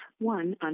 one